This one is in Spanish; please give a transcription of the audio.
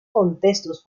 contextos